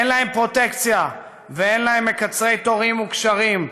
אין להם פרוטקציה ואין להם מקצרי תורים או קשרים.